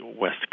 West